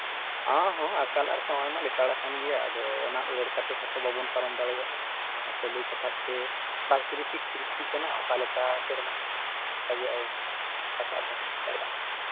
ᱦᱚᱸ ᱦᱚᱸ ᱟᱠᱟᱞ ᱟᱨ ᱥᱟᱶᱟᱭ ᱢᱟ ᱞᱮᱛᱟᱲᱟᱠᱟᱱ ᱜᱮᱭᱟ ᱟᱫᱚ ᱚᱱᱟ ᱩᱭᱦᱟᱹᱨ ᱠᱟᱛᱮ ᱦᱚᱸᱛᱚ ᱵᱟᱵᱚᱱ ᱯᱟᱨᱚᱢ ᱫᱟᱲᱮᱭᱟᱜᱼᱟ ᱚᱱᱟ ᱠᱚ ᱞᱟᱹᱭ ᱥᱟᱯᱷᱟ ᱠᱟᱛᱮ ᱯᱨᱟᱠᱨᱤᱛᱤᱠ ᱨᱤᱛᱩ ᱠᱟᱱᱟ ᱚᱠᱟᱞᱮᱠᱟᱛᱮ ᱫᱟᱲᱮᱭᱟᱜ